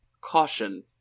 Caution